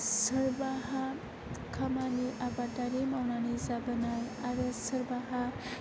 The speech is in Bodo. सोरहाबा खामानि आबादारि मावनानै जाबोनाय आरो सोरहाबा